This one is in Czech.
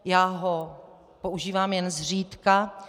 Já ho používám jen zřídka.